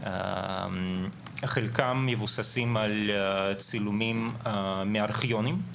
שחלקם מבוססים על צילומים מארכיונים,